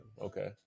Okay